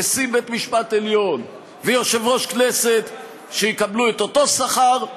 נשיא בית-משפט עליון ויושב-ראש כנסת שיקבלו אותו שכר,